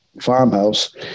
farmhouse